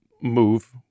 move